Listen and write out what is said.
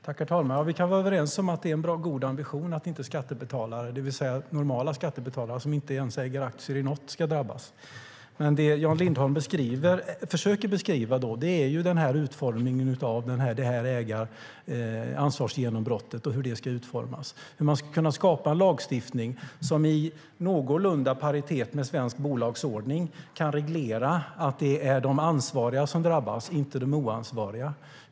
Herr talman! Vi kan vara överens om att det är en god ambition att inte skattebetalare, det vill säga normala skattebetalare som inte ens äger aktier i något, ska drabbas. Men det Jan Lindholm försöker beskriva är utformningen av det här ansvarsgenombrottet. Hur ska man kunna skapa en lagstiftning som i någorlunda paritet med svensk bolagsordning kan reglera att det är de ansvariga som drabbas, inte de som inte är ansvariga?